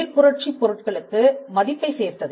தொழில் புரட்சி பொருட்களுக்கு மதிப்பை சேர்த்தது